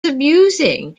amusing